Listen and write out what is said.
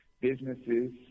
businesses